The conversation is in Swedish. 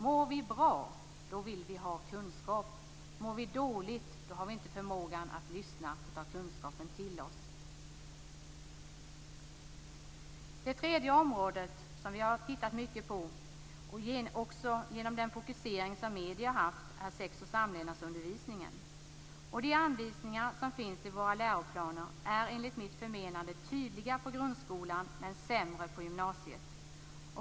Mår vi bra vill vi ha kunskap. Mår vi dåligt har vi inte förmåga att lyssna och ta kunskapen till oss. För det tredje: Ett område vi har tittat mycket på, också genom den fokusering som medier har haft, är sex och samlevnadsundervisningen. De anvisningar som finns i våra läroplaner är enligt mitt förmenande tydliga när det gäller grundskolan, men sämre när det gäller gymnasiet.